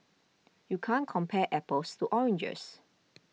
you can't compare apples to oranges